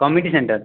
committee center